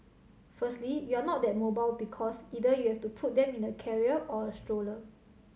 firstly you're not that mobile because either you have to put them in a carrier or a stroller